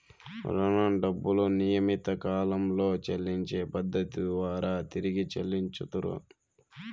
రుణం డబ్బులు నియమిత కాలంలో చెల్లించే పద్ధతి ద్వారా తిరిగి చెల్లించుతరు